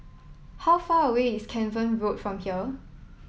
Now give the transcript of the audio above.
how far away is Cavan Road from here